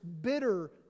bitter